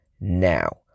now